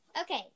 Okay